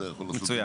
מצוין.